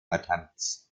attempts